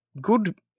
good